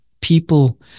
people